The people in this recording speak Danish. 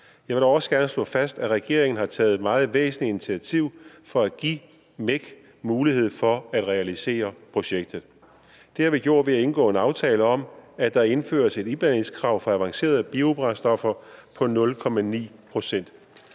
Jeg vil da også gerne slå fast, at regeringen havde taget et meget væsentligt initiativ for at give MEC mulighed for at realisere projektet. Det havde vi gjort ved at indgå en aftale om, at der skulle indføres et iblandingskrav for avancerede biobrændstoffer på 0,9 pct.